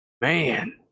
Man